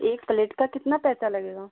एक प्लेट का कितना पैसा लगेगा